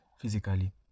physically